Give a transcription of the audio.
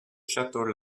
château